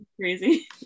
crazy